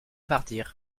partir